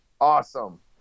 Awesome